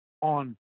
on